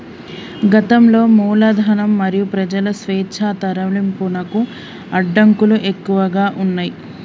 గతంలో మూలధనం మరియు ప్రజల స్వేచ్ఛా తరలింపునకు అడ్డంకులు ఎక్కువగా ఉన్నయ్